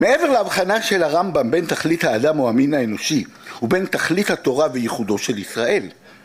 מעבר להבחנה של הרמב״ם בין תכלית האדם או המין האנושי ובין תכלית התורה וייחודו של ישראל